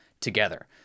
together